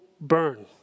burn